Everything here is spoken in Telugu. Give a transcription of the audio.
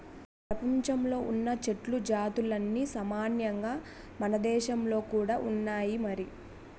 ప్రపంచంలో ఉన్న చెట్ల జాతులన్నీ సామాన్యంగా మనదేశంలో కూడా ఉన్నాయి మరి